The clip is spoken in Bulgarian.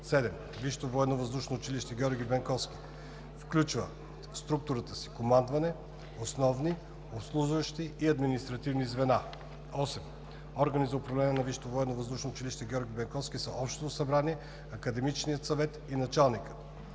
7. Висшето военновъздушно училище „Георги Бенковски“ включва в структурата си: командване, основни, обслужващи и административни звена. 8. Органи на управление на Висшето военновъздушно училище „Георги Бенковски“ са Общото събрание, Академичният съвет и началникът.